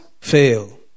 fail